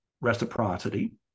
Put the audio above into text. reciprocity